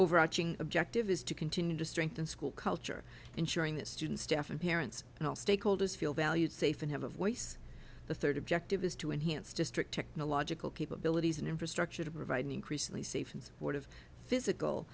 overarching objective is to continue to strengthen school culture ensuring that students staff and parents and all stakeholders feel valued safe and have a voice the third objective is to enhance district technological capabilities and infrastructure to provide an increasingly safe and supportive physical